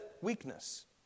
weakness